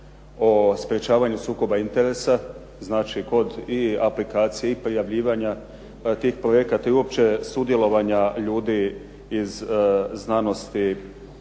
o sprečavanju sukoba interesa, znači kod aplikacije i prijavljivanja tih projekata i uopće sudjelovanja ljudi iz znanosti